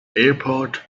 airport